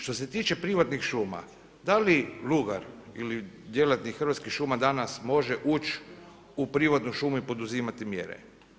Što se tiče privatnih šuma, da li lugar ili djelatnik Hrvatskih šuma danas može ući u privatnu šumu i poduzimati mjere?